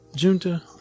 Junta